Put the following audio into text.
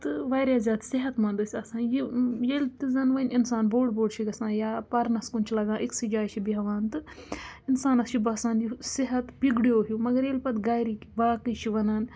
تہٕ واریاہ زیادٕ صحت منٛد ٲسۍ آسان یہِ ییٚلہِ تہٕ زَن وۄنۍ اِنسان بوٚڑ بوٚڑ چھِ گژھان یا پَرنَس کُن چھِ لَگان أکۍسٕے جایہِ چھِ بیٚہوان تہٕ اِنسانَس چھِ باسان یُہ صحت بِگڈیو ہیوٗ مَگر ییٚلہِ پَتہٕ گَرِکۍ باقٕے چھِ وَنان